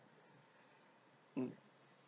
mm